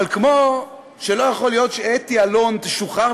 אבל כמו שלא יכול להיות שאתי אלון תשוחרר